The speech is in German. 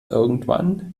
irgendwann